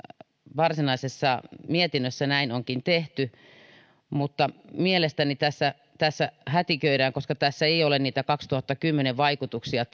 varsinaisessa mietinnössä näin onkin tehty mutta mielestäni tässä tässä hätiköidään koska tässä ei ole niitä vuoden kaksituhattakymmenen vaikutuksia